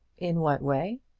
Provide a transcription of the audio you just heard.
in what way?